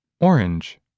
Orange